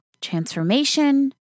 transformation